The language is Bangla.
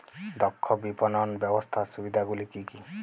দক্ষ বিপণন ব্যবস্থার সুবিধাগুলি কি কি?